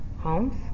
homes